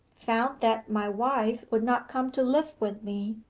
found that my wife would not come to live with me,